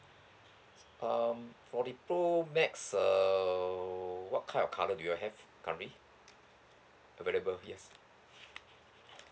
um for the pro max err what kind of colour do you all have currently available yes